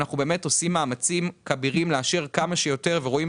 אנחנו באמת עושים מאמצים כבירים לאשר כמה שיותר ורואים